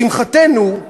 לשמחתנו,